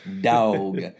dog